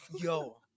Yo